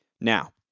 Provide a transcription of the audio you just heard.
Now